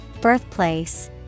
Birthplace